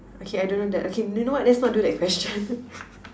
okay I don't know that okay you know what let's not do that question